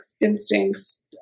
instincts